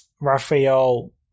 Rafael